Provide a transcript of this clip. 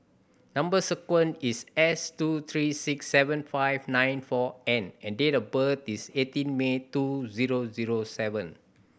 number sequence is S two three six seven five nine four N and date of birth is eighteen May two zero zero seven